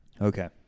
Okay